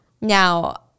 Now